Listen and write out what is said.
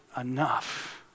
enough